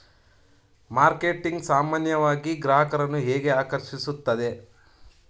Marketing ಸಾಮಾನ್ಯವಾಗಿ ಗ್ರಾಹಕರನ್ನು ಹೇಗೆ ಆಕರ್ಷಿಸುತ್ತದೆ?